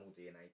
DNA